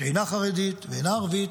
שאינה חרדית ואינה ערבית,